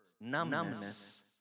Numbness